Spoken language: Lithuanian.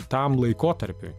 tam laikotarpiui